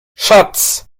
schatz